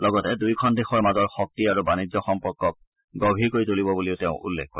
লগতে দুয়োখন দেশৰ মাজৰ শক্তি আৰু বাণিজ্য সম্পৰ্কত গভীৰ কৰি তুলিব বুলিও তেওঁ উল্লেখ কৰে